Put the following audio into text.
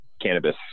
cannabis